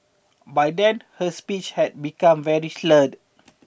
by then her speech had become very slurred